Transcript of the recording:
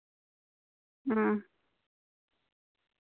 ᱦᱮᱸ